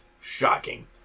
Shocking